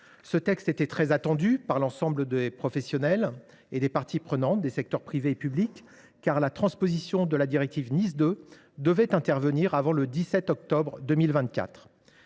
Ce texte était très attendu par l’ensemble des professionnels et des parties prenantes des secteurs privé et public, car la transposition de la directive NIS 2 devait intervenir avant le 17 octobre 2024.